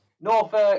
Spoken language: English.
Norfolk